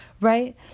right